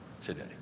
today